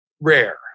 Rare